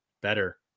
better